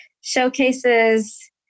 showcases